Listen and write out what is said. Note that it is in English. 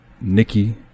Nikki